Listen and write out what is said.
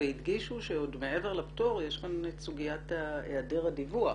והדגישו שמעבר לפטור יש כאן את סוגיית העדר הדיווח.